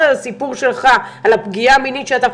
את הסיפור שלך על הפגיעה מינית שלך,